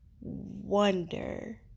wonder